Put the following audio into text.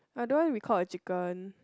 I don't want to be called a chicken